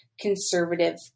conservative